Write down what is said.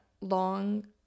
long